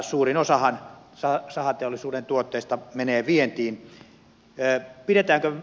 suurin osa sahateollisuuden tuotteistahan menee vientiin